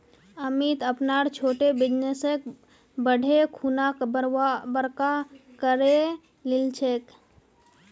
अमित अपनार छोटो बिजनेसक बढ़ैं खुना बड़का करे लिलछेक